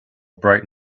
bright